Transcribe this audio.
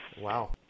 Wow